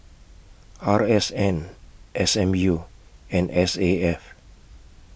R S N S M U and S A F